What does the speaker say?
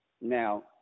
Now